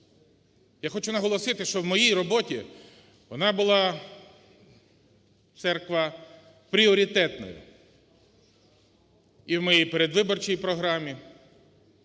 Я хочу наголосити, що в моїй роботі вона була, Церква, пріоритетною і в моїй передвиборчій програмі,